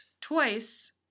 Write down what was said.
Twice